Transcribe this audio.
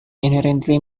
inherently